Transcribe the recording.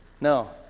No